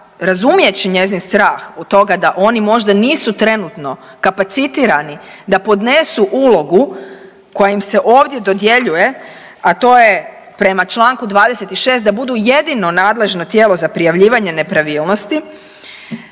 razumijeći njezin strah da oni možda nisu trenutno kapacitirani da podnesu ulogu koja im se ovdje dodjeljuje, a to prema Članku 26. da budu jedino nadležno tijelo za prijavljivanje nepravilnosti,